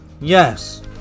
Yes